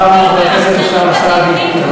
אחריו, חבר הכנסת אוסאמה סעדי.